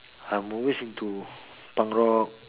I'm also into punk rock